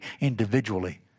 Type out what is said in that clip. individually